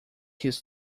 his